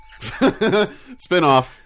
Spinoff